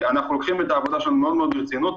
אנחנו לוקחים את העבודה שלנו מאוד ברצינות.